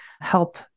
help